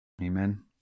Amen